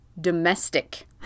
domestic